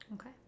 Okay